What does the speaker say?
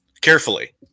carefully